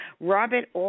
Robert